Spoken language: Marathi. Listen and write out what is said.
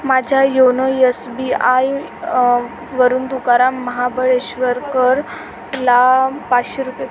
माझ्या योनो यस बी आय वरून तुकाराम महाबळेश्वरकर ला पाचशे रुपये